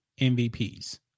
MVPs